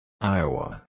Iowa